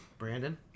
Brandon